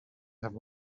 have